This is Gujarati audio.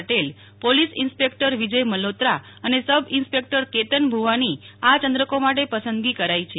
પટેલ પોલીસ ઈન્સ્પેક્ટર વિજય મલ્હોત્રા અને સબ ઈન્સ્પેક્ટર કેતન ભૂવાની આ ચંદ્રકો માટે પસંદગી કરાઈ છે